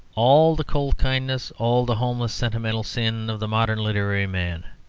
all the cold kindness, all the homeless sentimental sin of the modern literary man.